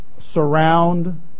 surround